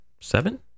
seven